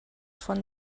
von